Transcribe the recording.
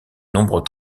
nombreux